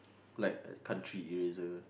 like country eraser